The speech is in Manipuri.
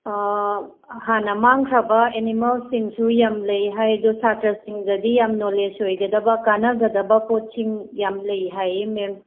ꯍꯥꯟꯅ ꯃꯥꯡꯈ꯭ꯔꯕ ꯑꯦꯅꯤꯃꯦꯜꯁꯤꯡꯁꯨ ꯌꯥꯝ ꯂꯩ ꯍꯥꯏ ꯑꯗꯣ ꯁꯥꯇ꯭ꯔꯥꯁꯤꯡꯗꯗꯤ ꯌꯥꯝ ꯅꯣꯂꯦꯁ ꯂꯩꯒꯗꯕ ꯀꯥꯟꯅꯒꯗꯕ ꯄꯣꯠꯁꯤꯡ ꯌꯥꯝ ꯂꯩ ꯍꯥꯏꯑꯦ ꯃꯦꯝ